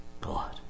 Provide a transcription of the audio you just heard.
God